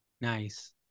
Nice